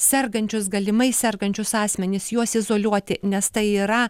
sergančius galimai sergančius asmenis juos izoliuoti nes tai yra